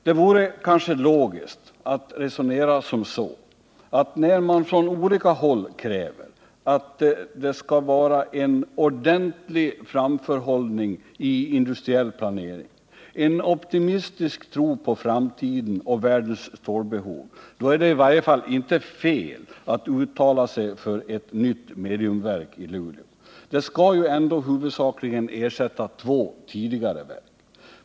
Det vore kanske logiskt att resonera som så att när man från olika håll kräver att det skall vara en ordentlig framförhållning i industriell planering, en optimistisk tro på framtiden och världens stålbehov, då är det i varje fall inte fel att uttala sig för ett nytt mediumverk i Luleå. Det skall ju ändå huvudsakligen ersätta två tidigare verk.